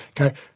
okay